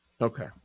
Okay